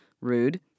Rude